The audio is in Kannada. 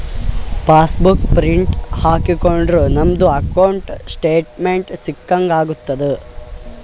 ಪಾಸ್ ಬುಕ್ ಪ್ರಿಂಟ್ ಹಾಕೊಂಡುರ್ ನಮ್ದು ಅಕೌಂಟ್ದು ಸ್ಟೇಟ್ಮೆಂಟ್ ಸಿಕ್ಕಂಗ್ ಆತುದ್